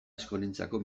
askorentzako